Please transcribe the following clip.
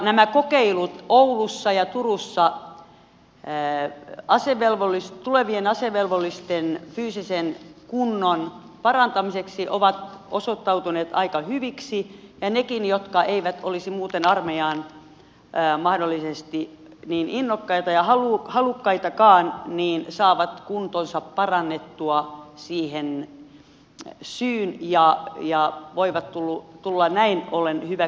nämä kokeilut oulussa ja turussa tulevien asevelvollisten fyysisen kunnon parantamiseksi ovat osoittautuneet aika hyviksi ja nekin jotka eivät olisi muuten armeijaan mahdollisesti niin innokkaita ja halukkaitakaan saavat kuntonsa parannettua siihen syyn ja voivat tulla näin ollen hyväksytyiksi